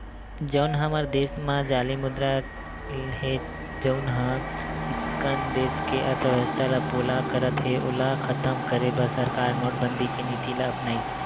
जउन हमर देस म जाली मुद्रा हे जउनहा चिक्कन देस के अर्थबेवस्था ल पोला करत हे ओला खतम करे बर सरकार नोटबंदी के नीति ल अपनाइस